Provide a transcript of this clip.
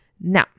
Now